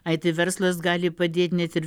ai tai verslas gali padėt net ir